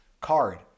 card